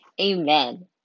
Amen